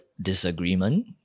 disagreement